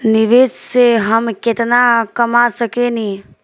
निवेश से हम केतना कमा सकेनी?